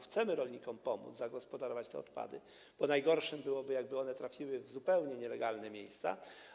Chcemy rolnikom pomóc zagospodarować te odpady, bo najgorsze byłoby, gdyby one trafiły w zupełnie nielegalne miejsca.